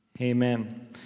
Amen